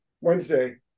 Wednesday